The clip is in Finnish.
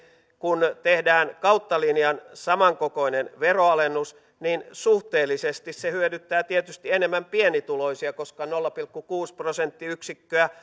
kun tehdään kautta linjan samankokoinen veronalennus niin suhteellisesti se hyödyttää tietysti enemmän pienituloisia koska nolla pilkku kuusi prosenttiyksikköä